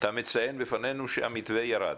אתה מציין בפנינו שהמפנה ירד.